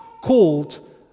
called